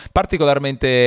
particolarmente